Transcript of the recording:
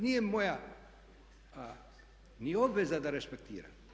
Nije moja ni obveza da rešpektiram.